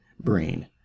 brain